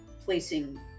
placing